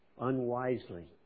unwisely